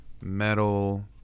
metal